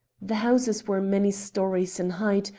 the houses were many storeys in height,